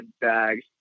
bag